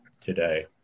today